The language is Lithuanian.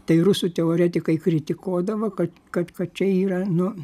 tai rusų teoretikai kritikuodavo kad kad kad čia yra nu